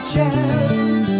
Chance